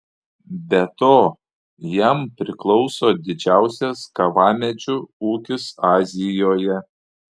be to jam priklauso didžiausias kavamedžių ūkis azijoje